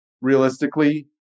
realistically